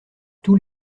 tous